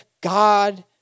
God